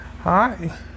Hi